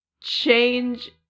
change